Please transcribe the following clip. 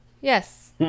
Yes